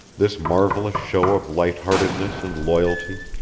this marvellous show of light-heartedness and loyalty.